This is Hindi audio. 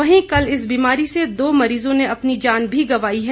वहीं कल इस बीमारी से दो मरीजों ने अपनी जान भी गवाई हैं